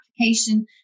application